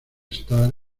star